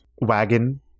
wagon